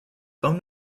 phone